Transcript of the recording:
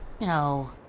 No